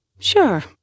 Sure